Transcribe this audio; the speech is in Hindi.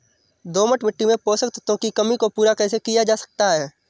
दोमट मिट्टी में पोषक तत्वों की कमी को पूरा कैसे किया जा सकता है?